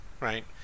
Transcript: right